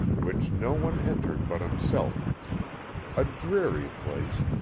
which no one entered but himself a dreary place,